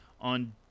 on